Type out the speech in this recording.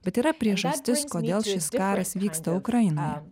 bet yra priežastis kodėl šis karas vyksta ukrainoje